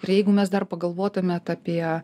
ir jeigu mes dar pagalvotumėt apie